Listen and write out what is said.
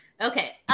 Okay